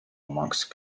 amongst